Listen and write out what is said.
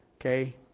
Okay